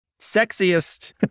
sexiest